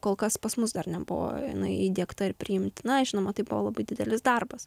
kol kas pas mus dar nebuvo jinai įdiegta ir priimtina žinoma tai buvo labai didelis darbas